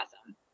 awesome